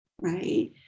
right